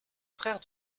frère